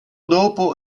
dopo